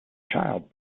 child